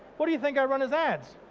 what do you think i run as ads?